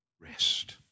Rest